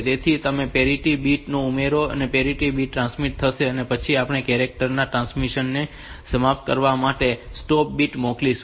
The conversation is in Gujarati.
તેથી તમે પેરિટી બીટ ઉમેરો અને પેરીટી બીટ ટ્રાન્સમિટ થશે અને પછી આપણે કેરેક્ટર ના ટ્રાન્સમિશન ને સમાપ્ત કરવા માટે સ્ટોપ બિટ્સ મોકલીશું